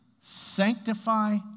sanctify